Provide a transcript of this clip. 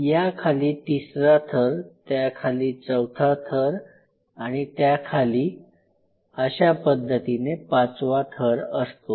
याखाली तिसरा थर त्याखाली चौथा थर आणि त्याखाली अशा पद्धतीने पाचवा थर असतो